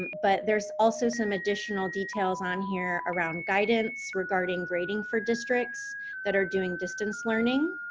but there's also some additional details on here around guidance regarding grading for districts that are doing distance-learning,